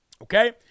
Okay